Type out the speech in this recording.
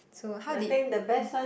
so how did